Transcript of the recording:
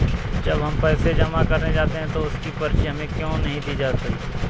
जब हम पैसे जमा करने जाते हैं तो उसकी पर्ची हमें क्यो नहीं दी जाती है?